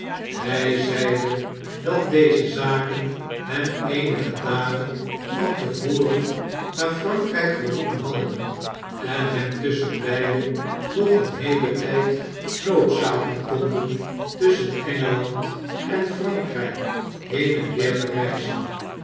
hij zeide dat deze zaken hem eenige dagen van te voren naar frankrgk geroepen hadden en hem tusschenbeide nog een heelen tijd noodzaken konden tusschene ngela ndenfrankrgk heen en weer te reizen